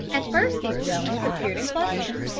at first these dwellings appeared in clusters,